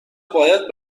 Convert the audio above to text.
باید